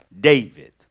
David